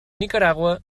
nicaragua